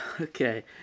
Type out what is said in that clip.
Okay